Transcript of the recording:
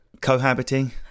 Cohabiting